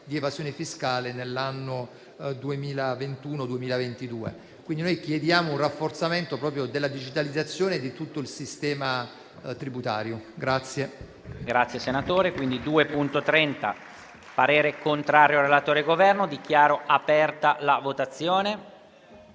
di evasione fiscale nell'anno 2021-2022. Quindi noi chiediamo un rafforzamento della digitalizzazione di tutto il sistema tributario.